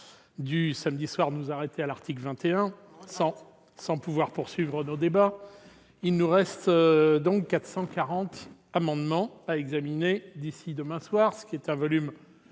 dû interrompre nos travaux à l'article 21 sans pouvoir poursuivre nos débats. Il nous reste donc 440 amendements à examiner d'ici à demain soir, ce qui représente un volume